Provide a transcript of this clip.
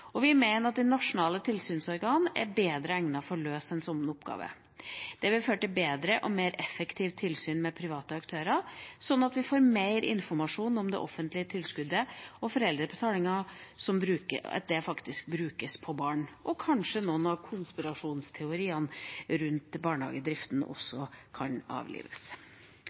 Vi mener at et nasjonalt tilsynsorgan er bedre egnet til å løse en sånn oppgave. Dette vil føre til et bedre og mer effektivt tilsyn med private aktører, sånn at vi får mer informasjon om at det offentlige tilskuddet og foreldrebetalingen faktisk brukes på barna – og kanskje noen av konspirasjonsteoriene rundt barnehagedriften også kan avlives.